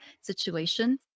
situation